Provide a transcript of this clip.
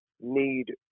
need